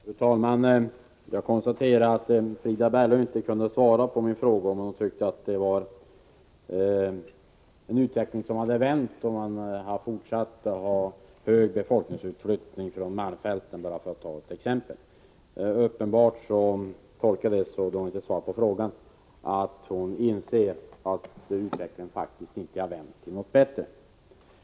Fru talman! Jag konstaterar att Frida Berglund inte kunde svara på min fråga, om hon ansåg att utvecklingen hade vänt trots att befolkningsutflyttningen från malmfälten fortsatte att vara hög — för att ta ett exempel. Att Frida Berglund inte svarat på frågan tolkar jag så, att hon inser att utvecklingen faktiskt inte har vänt till något bättre.